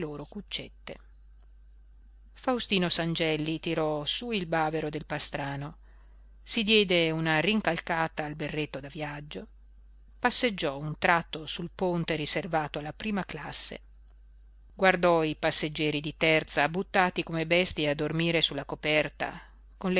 loro cuccette faustino sangelli tirò su il bavero del pastrano si diede una rincalcata al berretto da viaggio passeggiò un tratto sul ponte riservato alla prima classe guardò i passeggeri di terza buttati come bestie a dormire su la coperta